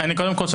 קודם כול,